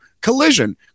collision